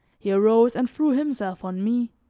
he arose and threw himself on me,